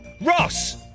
Ross